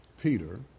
Peter